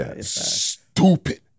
stupid